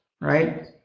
right